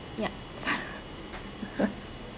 ya